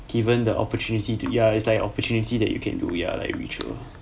given the opportunity to ya it's like opportunity that you can do ya like ritual